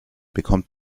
bekommt